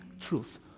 truth